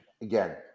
again